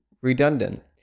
redundant